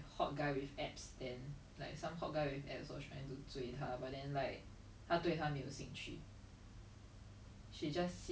and like our lives have changed like so much since then and like okay lah like there's still a lot of people that are dirt poor now but like more